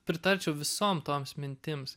pritarčiau visom toms mintims